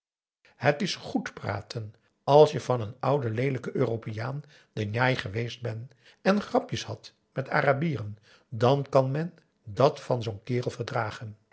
het is goed praten als je van een ouden leelijken europeaan de njai geweest ben en grapjes had met arabieren dan kan men dat van zoo'n kerel verdragen